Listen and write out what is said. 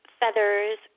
feathers